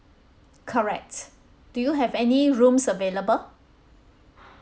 correct do you have any rooms available